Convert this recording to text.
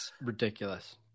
Ridiculous